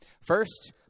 First